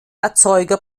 erzeuger